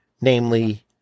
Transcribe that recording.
namely